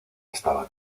estaba